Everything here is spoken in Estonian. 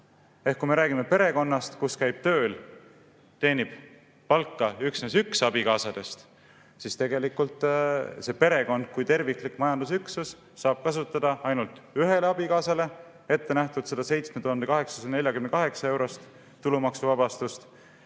Ehk kui me räägime perekonnast, kus käib tööl ja teenib palka üksnes üks abikaasa, siis tegelikult see perekond kui terviklik majandusüksus saab kasutada ainult ühele abikaasale ette nähtud 7848-eurost tulumaksuvabastust